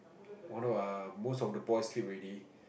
wanna err most of the boys sleep already